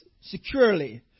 securely